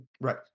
right